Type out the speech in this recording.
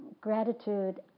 Gratitude